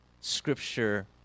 Scripture